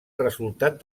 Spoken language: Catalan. resultat